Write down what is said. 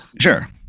Sure